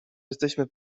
jesteśmy